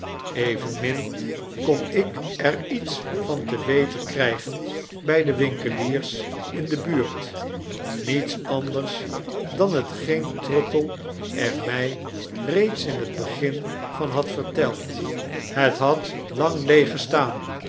evenmin kon ik er iets van te weten krygen by de winkeliers in de buurt niets anders dan hetgeen trottle er my reeds in het begin van had verteld het had lang leeg gestaan